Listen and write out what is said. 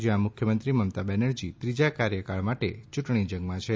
જયાં મુખ્યમંત્રી મમતા બેનર્જી ત્રીજા કાર્યકાળ માટે યુંટણી જંગમાં છે